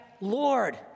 Lord